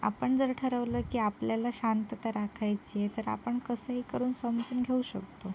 आपण जर ठरवलं की आपल्याला शांतता राखायची आहे तर आपण कसंही करून समजून घेऊ शकतो